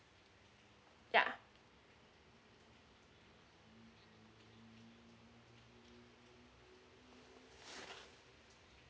ya